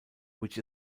which